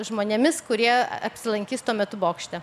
žmonėmis kurie apsilankys tuo metu bokšte